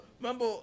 remember